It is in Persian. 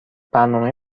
برنامه